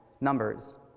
Numbers